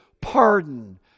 pardon